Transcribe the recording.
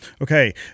Okay